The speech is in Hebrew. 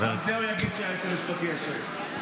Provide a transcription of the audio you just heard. גם על זה הוא יגיד שהיועץ המשפטי אשם.